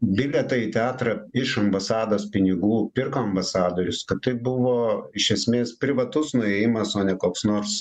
bilietai teatrą iš ambasados pinigų pirko ambasadorius kad tai buvo iš esmės privatus nuėjimas o ne koks nors